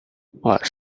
what